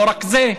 לא רק זה,